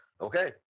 Okay